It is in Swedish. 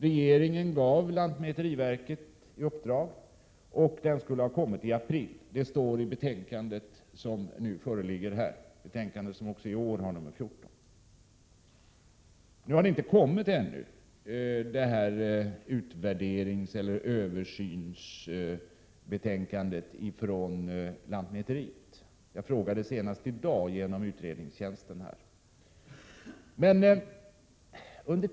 Regeringen gav lantmäteriverket i uppdrag att göra en översyn. En redovisning skulle ha kommit i april. Det framgår av det betänkande som vi nu behandlar och som har samma nummer, alltså nr 14, som betänkandet i samma ärende från i fjol. Men någon utvärdering har ännu inte presenterats av lantmäteriverket. Senast i dag frågade jag genom utredningstjänsten hur det förhöll sig i det avseendet.